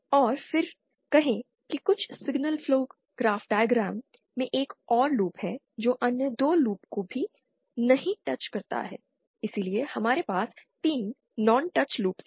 और फिर कहें कि कुछ सिग्नल फ्लो ग्राफ्स डायग्राम में एक और लूप है जो अन्य 2 लूप को भी नहीं टच करता है इसलिए हमारे पास 3 नॉन टच लूप हैं